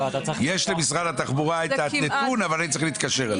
יש למשרד התחבורה את הנתון אבל אני צריך להתקשר אליו?